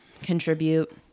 contribute